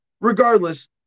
Regardless